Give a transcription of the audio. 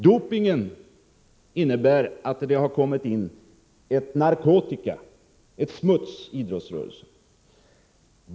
Doping innebär att det har kommit ett narkotika, ett smuts i idrottsrörelsen.